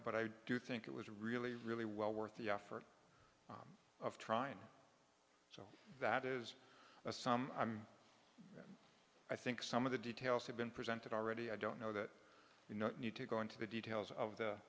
but i do think it was really really well worth the effort of trying so that is a some i think some of the details have been presented already i don't know that you need to go into the details of the